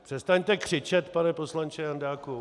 Přestaňte křičet, pane poslanče Jandáku...